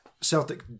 Celtic